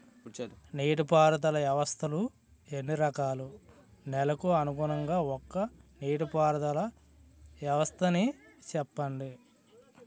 నీటి పారుదల వ్యవస్థలు ఎన్ని రకాలు? నెలకు అనుగుణంగా ఒక్కో నీటిపారుదల వ్వస్థ నీ చెప్పండి?